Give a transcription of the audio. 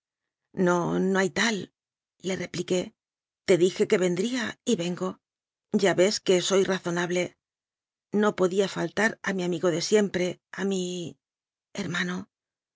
no no hay talle repliqué te dije que vendría y vengo ya ves que soy razonable no podía faltar a mi amigo de siempre a mi hermano